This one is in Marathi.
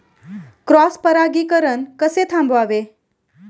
क्रॉस परागीकरण कसे थांबवावे?